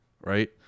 right